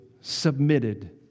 submitted